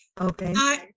Okay